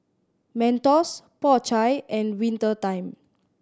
Mentos Po Chai and Winter Time